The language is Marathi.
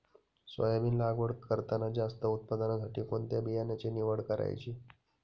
सोयाबीन लागवड करताना जास्त उत्पादनासाठी कोणत्या बियाण्याची निवड करायची?